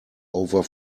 over